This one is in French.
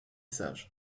sage